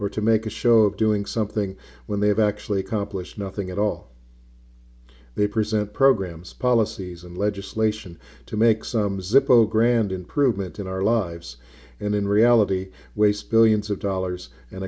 or to make a show of doing something when they have actually accomplished nothing at all they present programs policies and legislation to make some zippo grand improvement in our lives and in reality waste billions of dollars and